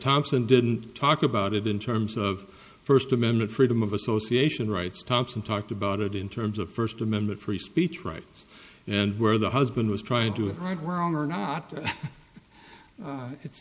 thompson didn't talk about it in terms of first amendment freedom of association rights thompson talked about it in terms of first amendment free speech rights and where the husband was trying to the right were wrong or not it's